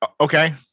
okay